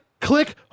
click